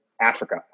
africa